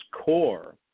core